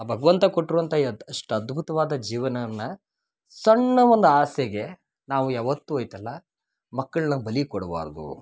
ಆ ಭಗ್ವಂತ ಕೊಟ್ಟಿರುವಂಥ ಈ ಅದು ಇಷ್ಟು ಅದ್ಭುತವಾದ ಜೀವನವನ್ನ ಸಣ್ಣ ಒಂದು ಆಸೆಗೆ ನಾವು ಯಾವತ್ತು ಐತಲ್ಲ ಮಕ್ಕಳನ್ನ ಬಲಿ ಕೊಡ್ಬಾರದು